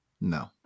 No